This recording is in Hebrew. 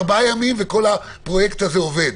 ארבעה ימים וכל העסק עובד: